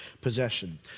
possession